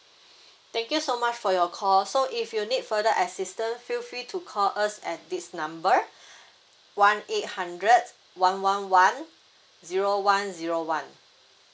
thank you so much for your call so if you need further assistant feel free to call us at this number one eight hundred one one one zero one zero one